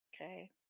okay